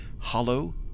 hollow